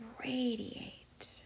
radiate